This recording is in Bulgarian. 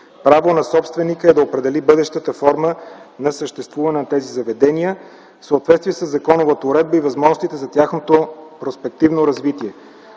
Право на собственика е да определи бъдещата форма на съществуване на тези заведения в съответствие със законовата уредба и възможностите за тяхното проспективно развитие.